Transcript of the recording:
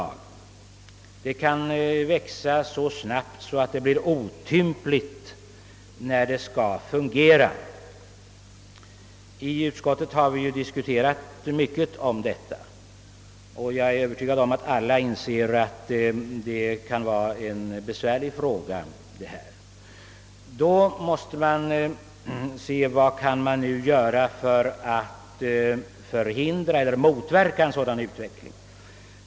Företaget kan växa så snabbt att det blir otympligt när det skall fungera. I utskottet har vi diskuterat mycket om detta. Jag är övertygad om att alla inser att det kan vara en besvärlig fråga. Man måste se vad man kan göra för att förhindra eller motverka en sådan utveckling.